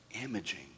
imaging